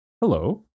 Hello